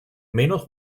menos